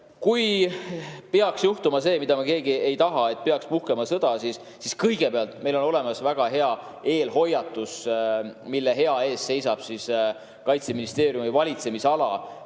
Kui peaks juhtuma see, mida me keegi ei taha, kui peaks puhkema sõda, siis kõigepealt on meil olemas väga hea eelhoiatus[süsteem], mille eest seisab hea Kaitseministeeriumi valitsemisala.